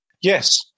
Yes